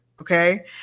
Okay